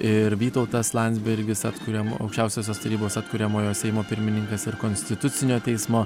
ir vytautas landsbergis atkuriamo aukščiausiosios tarybos atkuriamojo seimo pirmininkas ir konstitucinio teismo